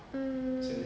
mm